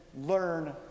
learn